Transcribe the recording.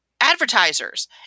advertisers